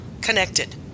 connected